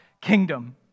kingdom